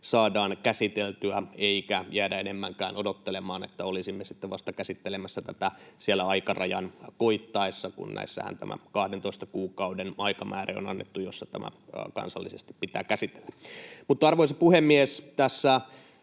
saadaan käsiteltyä eikä jäädä enemmänkään odottelemaan, että olisimme sitten vasta käsittelemässä tätä siellä aikarajan koittaessa, kun näissähän on annettu tämä 12 kuukauden aikamääre, jossa tämä pitää kansallisesti käsitellä. Arvoisa puhemies! Tässä